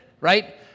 right